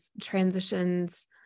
transitions